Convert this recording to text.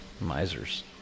misers